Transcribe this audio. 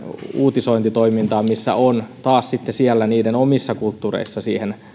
uutisointitoimintaan missä on taas niiden omissa kulttuureissa siihen